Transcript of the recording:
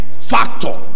factor